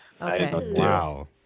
Wow